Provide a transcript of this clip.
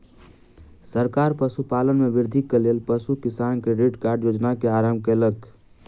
सरकार पशुपालन में वृद्धिक लेल पशु किसान क्रेडिट कार्ड योजना के आरम्भ कयलक